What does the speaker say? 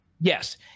Yes